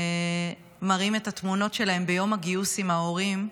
שמראים את התמונות שלהן ביום הגיוס עם ההורים,